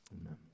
amen